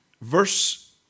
verse